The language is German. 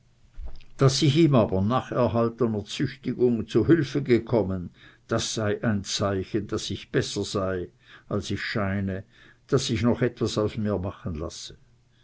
daß ich ihm aber nach erhaltener züchtigung zu hülfe gekommen das sei ein zeichen daß ich besser sei als ich scheine daß sich noch etwas aus mir machen lasse